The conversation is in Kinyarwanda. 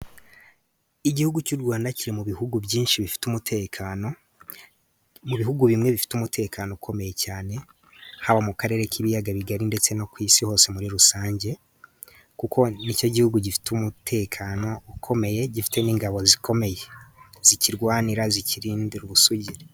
Igihugu cy'u Rwanda kiri mu bihugu byinshi bifite umutekano. Mu bihugu bimwe bifite umutekano ukomeye cyane haba mu karere k'ibiyaga bigari ndetse no ku isi hose muri rusange kuko ni cyo Gihugu gifite umutekano ukomeye, gifite n'ingabo zikomeye, zikirwanira zikirindira ubusugi.